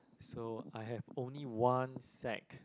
so I have only one sack